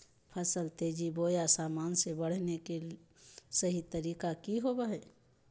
फसल तेजी बोया सामान्य से बढने के सहि तरीका कि होवय हैय?